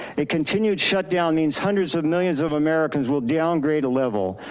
a continued shut down means hundreds of millions of americans will downgrade a level.